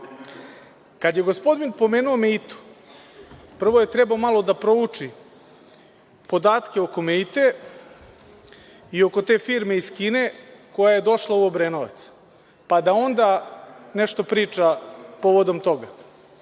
je gospodin pomenuo „Meitu“, prvo je trebalo malo da prouči podatke oko „Meite“ i oko te firme iz Kine koja je došla u Obrenovac, pa da onda nešto priča povodom toga.